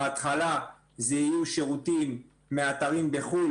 בהתחלה אלה יהיו שירותים מהאתרים בחו"ל,